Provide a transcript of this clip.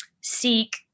seek